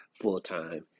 full-time